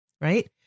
Right